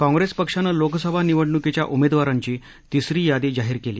काँप्रेस पक्षानं लोकसभा निवडणूकीच्या उमेदवारांची तिसरी यादी जाहीर केली